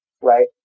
right